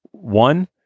One